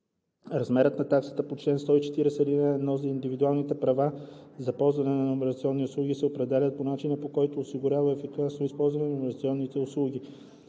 Размерът на таксата по чл. 140, ал. 1 за индивидуалните права за ползване на номерационни ресурси се определя по начин, който осигурява ефикасно използване на номерационните ресурси.